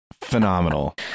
phenomenal